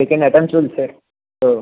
second attempt চলছে তো